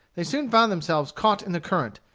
they soon found themselves caught in the current,